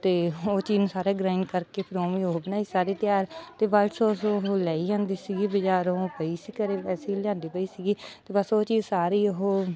ਅਤੇ ਉਹ ਚੀਜ਼ ਸਾਰੇ ਗਰਾਇੰਡ ਕਰਕੇ ਫਿਰ ਉਵੇਂ ਹੀ ਉਹ ਬਣਾਈ ਸਾਰੀ ਤਿਆਰ ਅਤੇ ਬਾਅਦ ਉਹ ਸੋਸ ਉਹ ਲਈ ਜਾਂਦੇ ਸੀਗੇ ਬਜ਼ਾਰੋਂ ਉਹ ਪਈ ਸੀ ਘਰੇ ਵੈਸੇ ਹੀ ਲਿਆਉਂਦੀ ਪਈ ਸੀਗੀ ਅਤੇ ਬਸ ਉਹ ਚੀਜ਼ ਸਾਰੀ ਉਹ